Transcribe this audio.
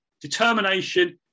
determination